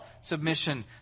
submission